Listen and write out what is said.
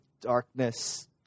darkness